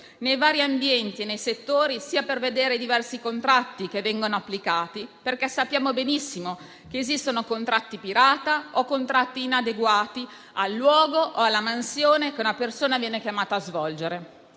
nei vari ambienti e settori, per verificare i diversi contratti che vengono applicati, perché sappiamo benissimo che esistono contratti pirata o contratti inadeguati al luogo o alla mansione che una persona viene chiamata a svolgere.